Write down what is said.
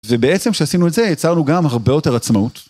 ובעצם כשעשינו את זה יצרנו גם הרבה יותר עצמאות.